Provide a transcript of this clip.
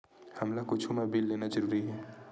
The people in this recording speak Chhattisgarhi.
हमला कुछु मा बिल लेना जरूरी हे?